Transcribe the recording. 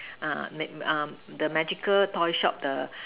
uh ma~ um the magical toy shop the